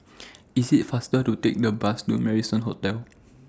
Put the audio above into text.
IT IS faster to Take The Bus to Marrison Hotel